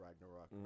Ragnarok